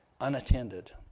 unattended